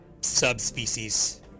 subspecies